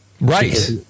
right